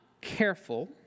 careful